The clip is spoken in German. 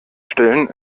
stellen